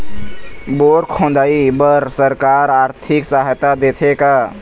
Bore खोदाई बर सरकार आरथिक सहायता देथे का?